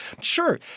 sure